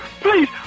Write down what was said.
Please